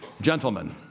Gentlemen